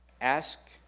Ask